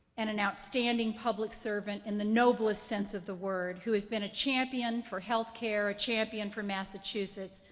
and an outstanding public servant in the noblest sense of the word, who has been a champion for healthcare, a champion for massachusetts,